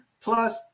plus